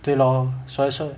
对 lor 所以说